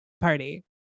party